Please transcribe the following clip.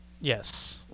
Yes